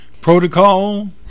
protocol